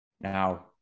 Now